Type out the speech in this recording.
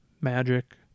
Magic